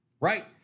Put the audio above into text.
Right